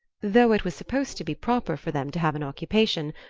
though it was supposed to be proper for them to have an occupation,